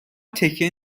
تکیه